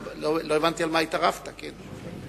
לא הבנתי על מה התערבת, כן.